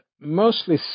mostly